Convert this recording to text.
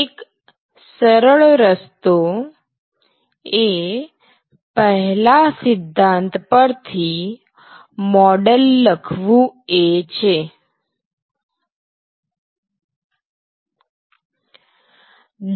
એક સરળ રસ્તો એ પહેલા સિદ્ધાંત પરથી મૉડલ લખવું એ છેઉપરનો સ્નેપશોટ જુઓ